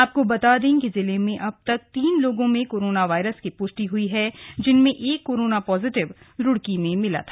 आपको बता दें कि जिले में अब तक तीन लोगों में कोरोना वायरस की प्ष्टि हुई हण एक कोरोना पॉजिटिव रुड़की में मिला था